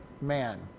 man